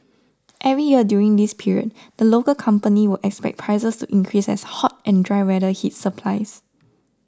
every year during this period the local company would expect prices to increase as hot and dry weather hits supplies